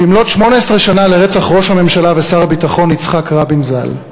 "במלאות 18 שנה לרצח ראש הממשלה ושר הביטחון יצחק רבין ז"ל,